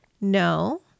No